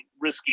risky